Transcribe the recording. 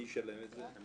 מי ישלם את זה?